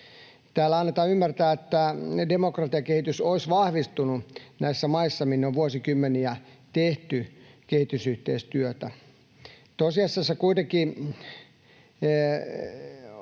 Täällä annetaan ymmärtää, että demokratiakehitys olisi vahvistunut näissä maissa, minne on vuosikymmeniä tehty kehitysyhteistyötä.